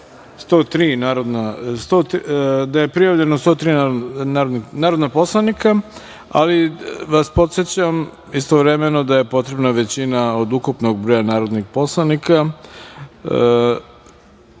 da sednici prisustvuje 103 narodna poslanika, ali vas podsećam istovremeno da je potrebna većina od ukupnog broja narodnih poslanika,